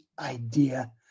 idea